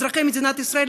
אזרחי מדינת ישראל,